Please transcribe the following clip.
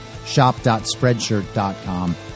shop.spreadshirt.com